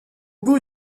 bout